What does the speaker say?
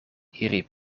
iri